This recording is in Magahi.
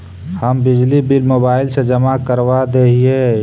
हम बिजली बिल मोबाईल से जमा करवा देहियै?